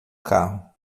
carro